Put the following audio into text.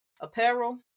apparel